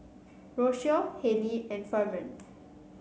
Rocio Hailee and Ferman